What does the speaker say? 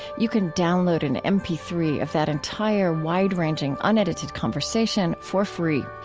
you can download an m p three of that entire, wide-ranging, unedited conversation for free.